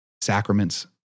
sacraments